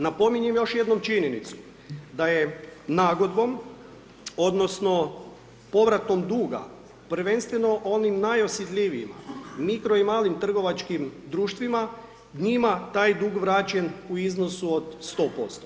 Napominjem još jednom činjenicu, da je nagodbom, odnosno, povratkom duga, prvenstveno onim najosjetljivijima, mikro i malim trgovačkim društvima, njima taj dug vraćen u iznosu od 100%